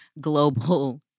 global